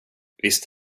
visst